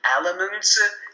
elements